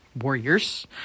warriors